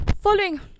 Following